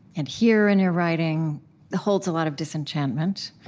and here in your writing holds a lot of disenchantment,